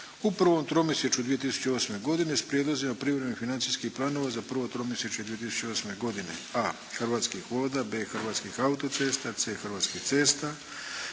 u prvom tromjesječju 2008. godine, s prijedlozima privremenih financijskih planova za prvo tromjesječje 2008. godine: a) Hrvatskih voda, b) Hrvatskih autocesta, c) Hrvatskih cesta,